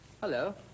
Hello